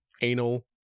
anal